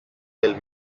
del